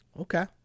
okay